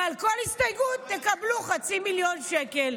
ועל כל הסתייגות תקבלו 0.5 מיליון שקל.